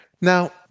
Now